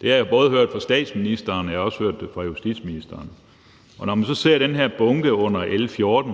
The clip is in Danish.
Det har jeg hørt fra statsministeren, og jeg har også hørt det fra justitsministeren. Og når man så ser den her bunke under L 14,